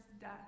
death